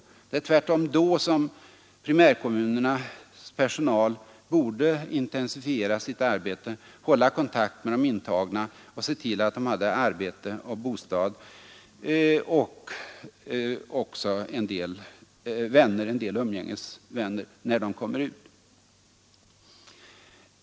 Det är tvärtom då som primärkommunernas personal borde intensifiera sitt arbete, hålla kontakt med de intagna och se till att de hade arbete, bostad och också en del umgängesvänner när de kommer ut.